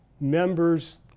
members